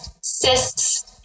cysts